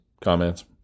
comments